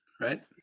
right